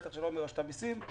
בטח שלא מרשות המסים,